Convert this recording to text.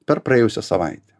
per praėjusią savaitę